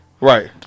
Right